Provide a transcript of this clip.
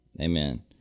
Amen